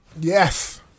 Yes